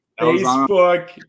Facebook